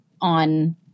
on